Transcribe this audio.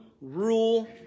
rule